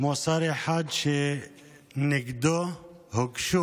כמו שר אחד שנגדו הוגשו